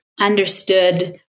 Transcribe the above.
understood